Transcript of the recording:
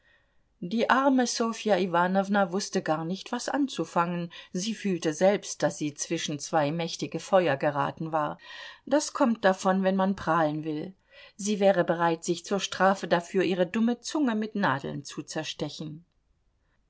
die arme ssofja iwanowna wußte gar nicht was anzufangen sie fühlte selbst daß sie zwischen zwei mächtige feuer geraten war das kommt davon wenn man prahlen will sie wäre bereit sich zur strafe dafür ihre dumme zunge mit nadeln zu zerstechen